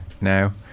now